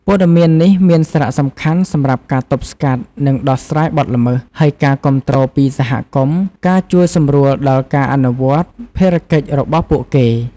ព័ត៌មាននេះមានសារៈសំខាន់សម្រាប់ការទប់ស្កាត់ និងដោះស្រាយបទល្មើស ហើយការគាំទ្រពីសហគមន៍ ការជួយសម្រួលដល់ការអនុវត្តភារកិច្ចរបស់ពួកគេ។